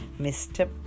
Mr